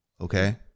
Okay